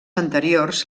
anteriors